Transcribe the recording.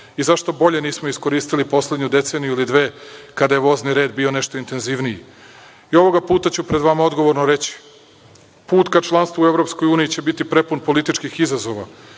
i zašto bolje nismo iskoristili poslednju deceniju ili dve, kada je vozni red bio nešto intenzivniji. I ovog puta ću pred vama odgovorno reći – put ka članstvu u EU će biti prepun političkih izazova,